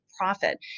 profit